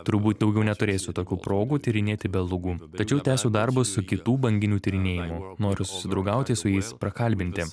turbūt daugiau neturėsiu tokių progų tyrinėti belugų tačiau tęsiu darbus su kitų banginių tyrinėjimu noriu susidraugauti su jais prakalbinti